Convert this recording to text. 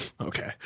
okay